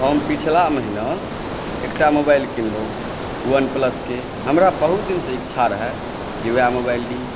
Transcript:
हम पिछला महिना एकटा मोबाइल किनलहुँ वन प्लस के हमरा बहुत दिनसॅं इच्छा रहय जे वएह मोबाइल ली